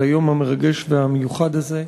על היום המרגש והמיוחד הזה.